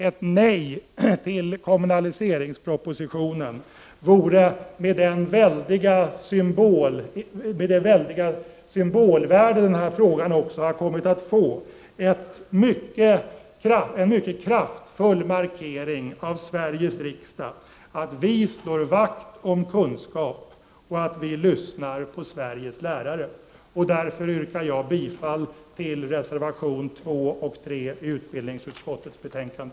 Ett nej till kommunaliseringspropositionen vore med det väldiga symbolvärde som den här frågan också har kommit att få en mycket kraftfull markering av Sveriges riksdag, att vi slår vakt om kunskap och att vi lyssnar på Sveriges lärare. Därför yrkar jag bifall till reservationerna 2 och 3 i utbildningsutskottets betänkande.